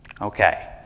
Okay